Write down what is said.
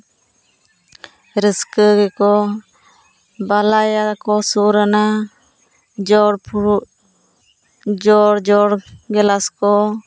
ᱨᱟᱹᱥᱠᱟᱹ ᱜᱮᱠᱚ ᱵᱟᱞᱟᱭᱟ ᱜᱮᱠᱚ ᱥᱳᱨ ᱟᱱᱟ ᱡᱚᱲ ᱯᱷᱩᱲᱩᱜ ᱡᱚᱲ ᱡᱚᱲ ᱜᱮᱞᱟᱥ ᱠᱚ